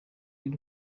y’u